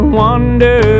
wonder